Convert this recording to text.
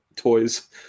toys